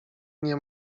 nie